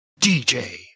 DJ